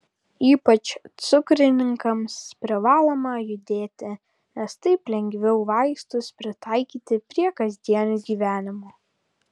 ypač cukrininkams privaloma judėti nes taip lengviau vaistus pritaikyti prie kasdienio gyvenimo